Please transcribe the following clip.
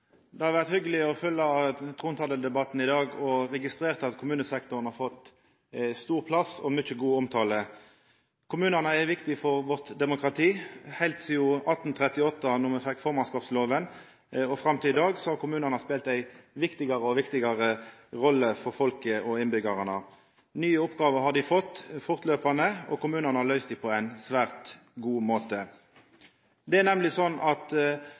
Det har vore hyggjeleg å følgja trontaledebatten i dag og registrera at kommunesektoren har fått stor plass og mykje god omtale. Kommunane er viktige for vårt demokrati. Heilt sidan 1837, då me fekk formannskapsloven, og fram til i dag har kommunane spelt ei viktigare og viktigare rolle for folket – for innbyggjarane. Nye oppgåver har dei fått fortløpande, og kommunane har løyst dei på ein svært god måte. Det er nemleg slik at